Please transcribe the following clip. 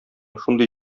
шундый